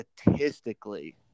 statistically